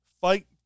fight